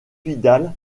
vidal